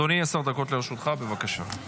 אדוני, עשר דקות לרשותך, בבקשה.